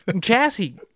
chassis